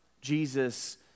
Jesus